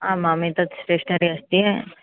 आमाम् एतद् स्टेश्नरि अस्ति